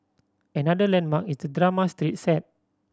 another landmark is the drama street set